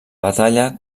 batalla